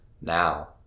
Now